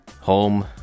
home